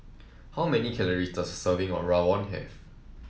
how many calorie does serving of Rawon have